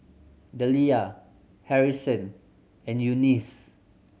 Dellia Harrison and Eunice